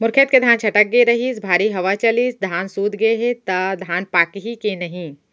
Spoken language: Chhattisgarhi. मोर खेत के धान छटक गे रहीस, भारी हवा चलिस, धान सूत गे हे, त धान पाकही के नहीं?